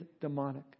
demonic